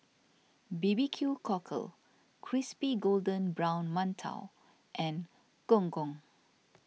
B B Q Cockle Crispy Golden Brown Mantou and Gong Gong